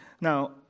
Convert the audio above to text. Now